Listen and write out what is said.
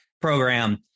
program